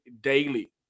daily